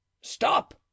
stop